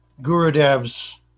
Gurudev's